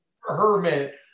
hermit